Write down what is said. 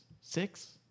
Six